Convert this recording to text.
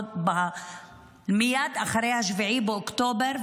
מייד אחרי 7 באוקטובר,